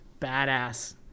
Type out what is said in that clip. badass